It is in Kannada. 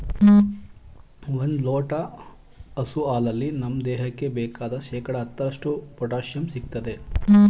ಒಂದ್ ಲೋಟ ಹಸು ಹಾಲಲ್ಲಿ ನಮ್ ದೇಹಕ್ಕೆ ಬೇಕಾದ್ ಶೇಕಡಾ ಹತ್ತರಷ್ಟು ಪೊಟ್ಯಾಶಿಯಂ ಸಿಗ್ತದೆ